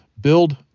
Build